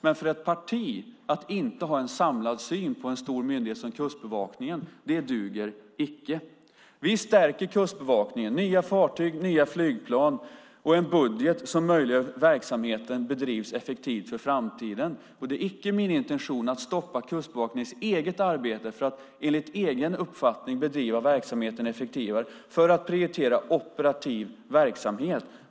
Men att ett parti inte har en samlad syn på en stor myndighet som Kustbevakningen duger icke. Vi stärker Kustbevakningen med nya fartyg, nya flygplan och en budget som möjliggör att verksamheten bedrivs effektivt inför framtiden. Det är icke min intention att stoppa Kustbevakningens arbete för att enligt egen uppfattning bedriva verksamheten effektivare och prioritera operativ verksamhet.